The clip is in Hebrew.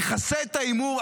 נכסה את ההימור,